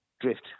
drift